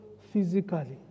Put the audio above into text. physically